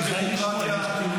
יש פה אצטלה של ביורוקרטיה --- אגב,